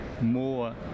more